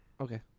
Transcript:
Okay